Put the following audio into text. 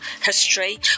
history